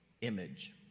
image